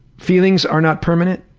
feelings are not permanent,